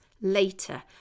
later